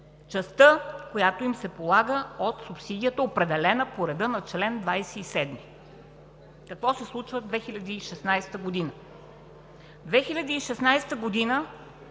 частта, която им се полага от субсидията, определена по реда на чл. 27. Какво се случва през 2016 г.? През 2016 г.